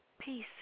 peace